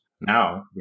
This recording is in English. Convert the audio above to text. Now